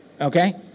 okay